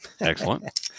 Excellent